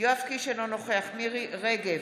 יואב קיש, אינו נוכח מירי מרים רגב,